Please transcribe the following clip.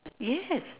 yes